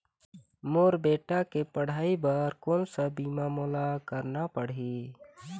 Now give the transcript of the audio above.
मोर बेटा के पढ़ई बर कोन सा बीमा मोला करना पढ़ही?